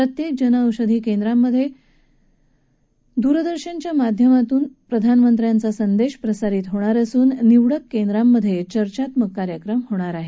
प्रत्येक जनऔषधी केंद्रांमध्ये दूरदर्शनच्या माध्यमातून प्रधानमंत्र्याचा संदेश प्रसारित होणार असून निवडक केंद्रांमध्ये चर्चात्मक कार्यक्रम होणार आहेत